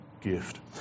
gift